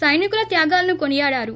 సైనికుల త్యాగాలను కొనియాడారు